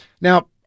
Now